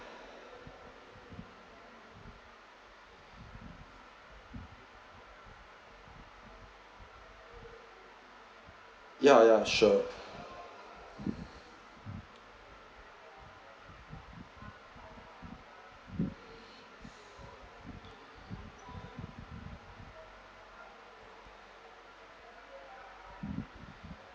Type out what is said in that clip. yeah yeah sure